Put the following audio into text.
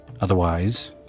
Otherwise